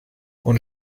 und